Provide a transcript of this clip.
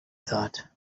thought